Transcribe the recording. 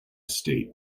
state